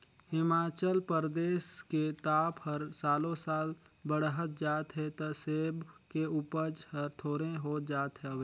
हिमाचल परदेस के ताप हर सालो साल बड़हत जात हे त सेब के उपज हर थोंरेह होत जात हवे